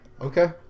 okay